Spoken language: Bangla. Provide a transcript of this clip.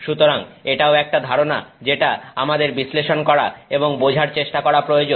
সুতরাং এটাও একটা ধারণা যেটা আমাদের বিশ্লেষণ করা এবং বোঝার চেষ্টা করা প্রয়োজন